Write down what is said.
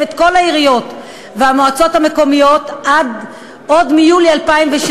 את כל העיריות והמועצות המקומיות עוד מיולי 2007